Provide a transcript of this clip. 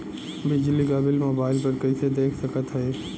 बिजली क bill mobile पर कईसे देख सकत हई?